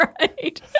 right